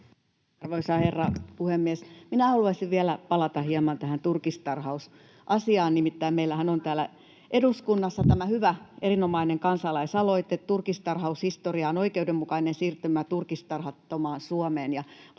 Arvoisa herra puhemies! Minä haluaisin vielä palata hieman tähän turkistarhausasiaan. Nimittäin meillähän on täällä eduskunnassa tämä hyvä, erinomainen kansalaisaloite, Turkistarhaus historiaan — Oikeudenmukainen siirtymä turkistarhattomaan Suomeen,